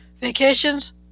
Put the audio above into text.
vacations